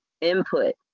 input